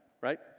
Right